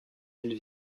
îles